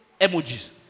emojis